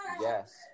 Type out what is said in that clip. Yes